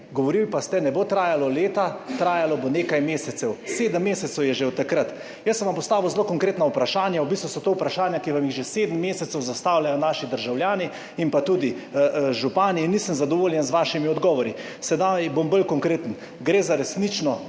govorili pa ste, ne bo trajalo leta, trajalo bo nekaj mesecev. Sedem mesecev je že od takrat. Jaz sem vam postavil zelo konkretna vprašanja, v bistvu so to vprašanja, ki vam jih že sedem mesecev zastavljajo naši državljani in tudi župani, in nisem zadovoljen z vašimi odgovori. Sedaj bom bolj konkreten, gre za resnično